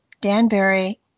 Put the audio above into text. Danbury